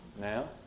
Now